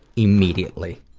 immediately.